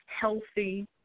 healthy